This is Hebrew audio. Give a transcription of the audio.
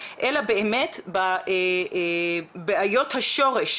אלא באמת בבעיות השורש,